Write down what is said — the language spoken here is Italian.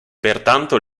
pertanto